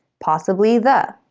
possibly the.